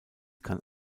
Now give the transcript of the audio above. kann